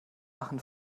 machen